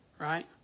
Right